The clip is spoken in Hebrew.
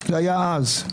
זה היה אז.